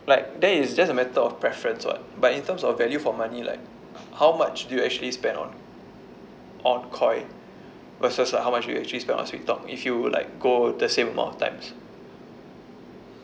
like that is just a matter of preference [what] but in terms of value for money like how much do you actually spend on on Koi versus like how much you actually spend on Sweettalk if you like go the same amount of times